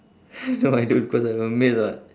no I don't cause I'm a male what